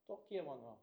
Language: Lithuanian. tokie mano